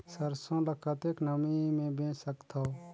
सरसो ल कतेक नमी मे बेच सकथव?